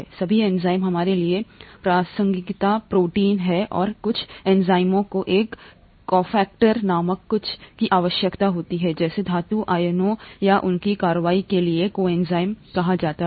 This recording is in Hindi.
के सभी एंजाइम हमारे लिए प्रासंगिकता प्रोटीन है और कुछ एंजाइमों को एक कोफ़ेक्टर नामक कुछ की आवश्यकता होती है जैसे धातु आयनों या उनकी कार्रवाई के लिए कोएंजाइम कहा जाता है